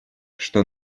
что